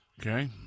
Okay